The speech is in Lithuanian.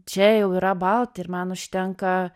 čia jau yra balta ir man užtenka